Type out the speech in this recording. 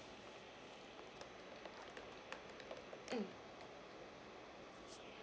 mm